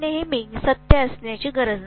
हे नेहमी सत्य असण्याची गरज नाही